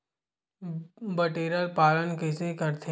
बटेर पालन कइसे करथे?